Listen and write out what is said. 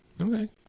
Okay